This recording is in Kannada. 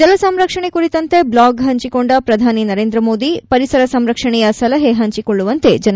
ಜಲ ಸಂರಕ್ಷಣೆ ಕುರಿತಂತೆ ಬ್ಲಾಗ್ ಹಂಚಿಕೊಂಡ ಪ್ರಧಾನಿ ನರೇಂದ್ರ ಮೋದಿ ಪರಿಸರ ಸಂರಕ್ಷಣೆಯ ಸಲಹೆ ಹಂಚಿಕೊಳ್ಳುವಂತೆ ಜನತೆಗೆ ಕರೆ